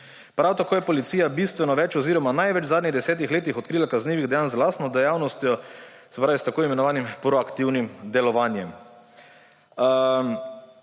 Prav tako je policija bistveno več oziroma največ v zadnjih desetih letih odkrila kaznivih dejanj z lastno dejavnostjo, se pravi s tako imenovanim proaktivnim delovanjem.